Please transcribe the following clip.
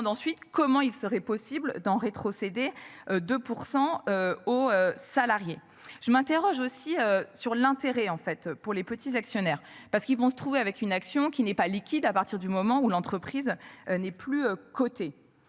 ensuite comment il serait possible d'en rétrocéder de pour 100 aux salariés. Je m'interroge aussi sur l'intérêt en fait pour les petits actionnaires parce qu'ils vont se trouver avec une action qui n'est pas liquide à partir du moment où l'entreprise n'est plus coté.